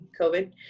COVID